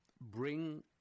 bring